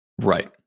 Right